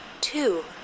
two